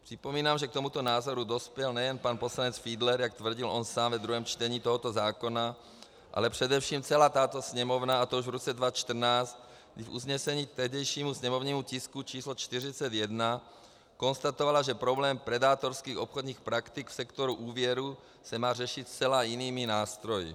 Připomínám, že k tomuto názoru dospěl nejen pan poslanec Fiedler, jak tvrdil on sám ve druhém čtení tohoto zákona, ale především celá tato Sněmovna, a to už v roce 2014, kdy v usnesení k tehdejšímu sněmovnímu tisku číslo 41 konstatovala, že problém predátorských obchodních praktik v sektoru úvěrů se má řešit zcela jinými nástroji.